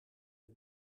het